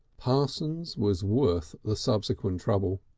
parsons was worth the subsequent trouble.